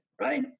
right